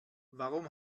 warum